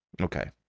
okay